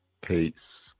peace